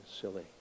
silly